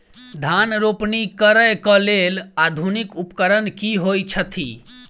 धान रोपनी करै कऽ लेल आधुनिक उपकरण की होइ छथि?